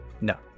No